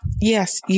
yes